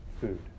food